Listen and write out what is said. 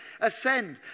ascend